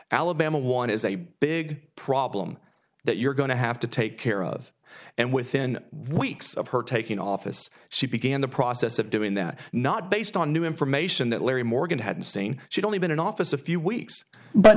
alabama one is a big problem that you're going to have to take care of and within weeks of her taking office she began the process of doing that not based on new information that larry morgan had seen she'd only been in office a few weeks but